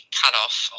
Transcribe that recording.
cutoff